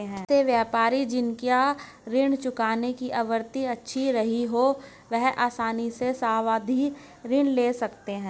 ऐसे व्यापारी जिन का ऋण चुकाने की आवृत्ति अच्छी रही हो वह आसानी से सावधि ऋण ले सकते हैं